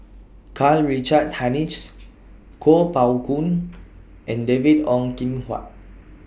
Karl Richard Hanitsch Kuo Pao Kun and David Ong Kim Huat